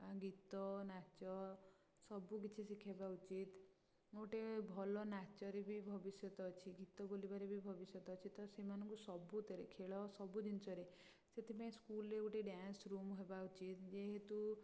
ଗୀତନାଚ ସବୁ କିଛି ଶିଖେଇବା ଉଚିତ୍ ଗୋଟେ ଭଲ ନାଚରେ ବି ଭବିଷ୍ୟତ ଅଛି ଗୀତ ବୋଲିବାରେ ବି ଭବିଷ୍ୟତ ଅଛି ତ ସେମାନଙ୍କୁ ସବୁଥିରେ ଖେଳ ସବୁ ଜିନିଷରେ ସେଥିପାଇଁ ସ୍କୁଲରେ ଗୋଟିଏ ଡ୍ୟାନ୍ସ ରୁମ ହେବା ଉଚିତ୍ ଯେହେତୁ